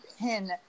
pin